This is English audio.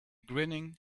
grinning